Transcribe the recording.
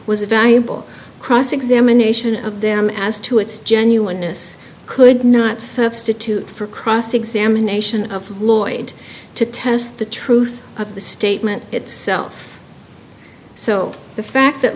was a valuable cross examination of them as to its genuineness could not substitute for cross examination of lloyd to test the truth of the statement itself so the fact that